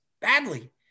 badly